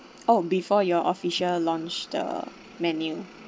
oh before you all official launch the menu